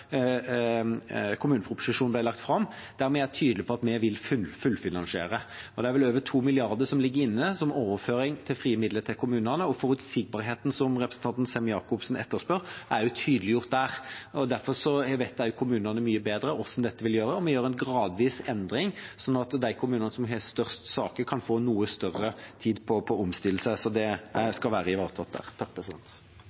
kommuneproposisjonen ble lagt fram, der vi er tydelige på at vi vil fullfinansiere den. Det er vel over 2 mrd. kr som ligger inne som overføring til frie midler til kommunene, og forutsigbarheten som Sem-Jacobsen etterspør, er tydeliggjort der, så derfor vet kommunene mye bedre hva dette betyr. Vi gjør en gradvis endring, sånn at de kommunene som har størst saker, kan få noe mer tid på å omstille seg – så det